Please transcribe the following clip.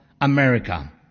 America